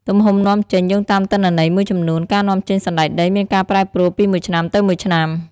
ទំហំនាំចេញ យោងតាមទិន្នន័យមួយចំនួន ការនាំចេញសណ្តែកដីមានការប្រែប្រួលពីមួយឆ្នាំទៅមួយឆ្នាំ។